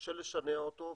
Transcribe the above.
שקשה לשנע אותו,